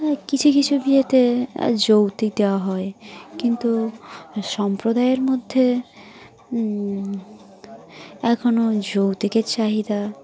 কিছু কিছু বিয়েতে আর যৌতুক দেওয়া হয় কিন্তু সম্প্রদায়ের মধ্যে এখনও যৌতুকের চাহিদা